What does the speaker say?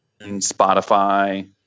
Spotify